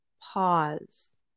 Pause